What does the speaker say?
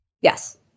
Yes